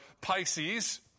Pisces